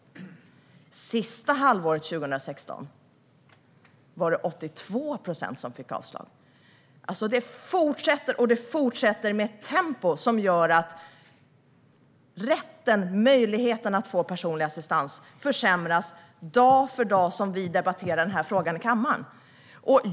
Andra halvåret 2016 var det 82 procent som fick avslag. Utvecklingen fortsätter med ett tempo som gör att möjligheten att få personlig assistans försämras dag för dag som vi debatterar den här frågan i kammaren.